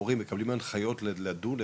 מורים מקבלים הנחיות לדון,